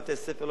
בתי-ספר,